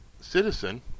citizen